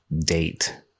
date